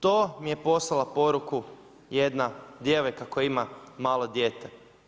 To mi je poslala poruku jedna djevojka koja ima malo dijete.